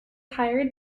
hired